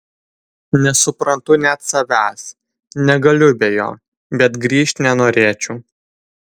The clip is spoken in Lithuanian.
nesuprantu net savęs negaliu be jo bet grįžt nenorėčiau